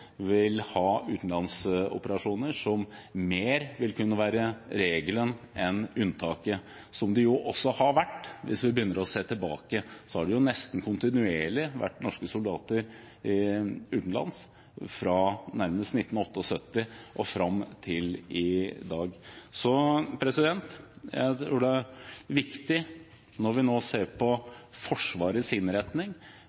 vil ha utenlandsoperasjoner. Det vil være regelen mer enn unntaket – som det jo også har vært. Hvis man ser tilbake, har det fra 1978 og fram til i dag nesten kontinuerlig vært norske soldater utenlands. Jeg tror det er viktig når vi nå ser på Forsvarets innretning, å passe på at det er